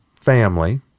family